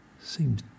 seems